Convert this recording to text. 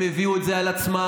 הם הביאו את זה על עצמם,